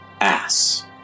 ass